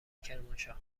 کرمانشاه